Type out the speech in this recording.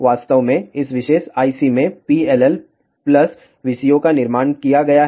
वास्तव में इस विशेष IC में PLL प्लस VCO का निर्माण किया गया है